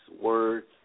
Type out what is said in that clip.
words